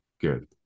Good